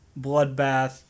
bloodbath